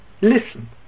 listen